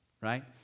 right